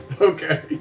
Okay